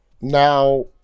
Now